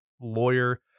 lawyer